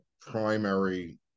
primary